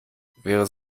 wäre